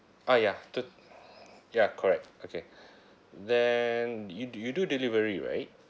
uh ya two ya correct okay then you do you do delivery right